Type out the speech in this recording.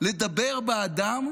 לדבר בעדם,